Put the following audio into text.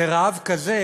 זה רעב כזה